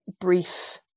Brief